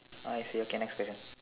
I see okay next question